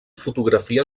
fotografia